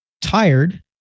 tired